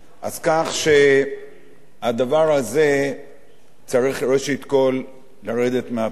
כך שהדבר הזה צריך ראשית כול לרדת מהפרק.